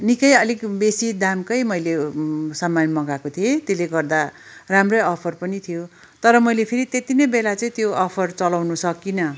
निकै अलिक बेसी दामकै मैले समान मँगाएको थिए त्यसले गर्दा राम्रै अफर पनि थियो तर मैले फेरि त्यति नै बेला चाहिँ त्यो अफर चलाउनु सकिन